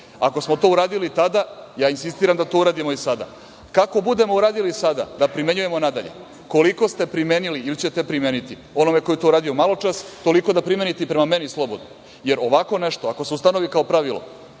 Ako smo to uradili tada, ja insistiram da to uradimo i sada. Kako budemo uradili sada, da primenjujemo nadalje. Koliko ste primenili ili ćete primeniti onome ko je to uradio maločas, toliko da primenite i prema meni, slobodno, jer ovako nešto, ako se ustanovi kao pravilo,